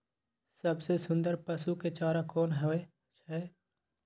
सबसे सुन्दर पसु के चारा कोन होय छै?